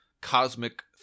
cosmic